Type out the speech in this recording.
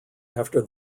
after